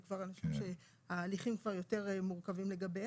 זה כבר אנשים שההליכים כבר יותר מורכבים לגביהם,